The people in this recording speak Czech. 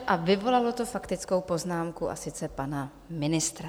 A vyvolalo to faktickou poznámku, a sice pana ministra.